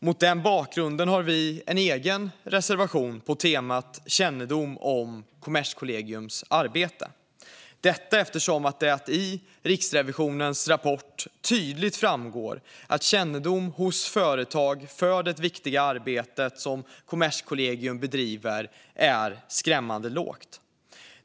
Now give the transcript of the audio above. Mot den bakgrunden har vi en egen reservation på temat kännedom om Kommerskollegiums arbete, detta eftersom det i Riksrevisionens rapport tydligt framgår att kännedomen hos företag om det viktiga arbete som Kommerskollegium bedriver är skrämmande låg.